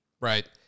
Right